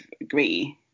agree